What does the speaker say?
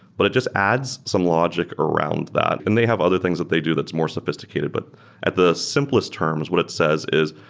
but it just adds some logic around that, and they have other things that they do that's more sophisticated. but at the simplest terms, what it says is,